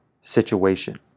situation